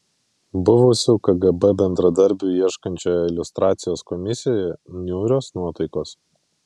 buvusių kgb bendradarbių ieškančioje liustracijos komisijoje niūrios nuotaikos